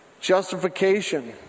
Justification